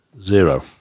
zero